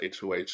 HOH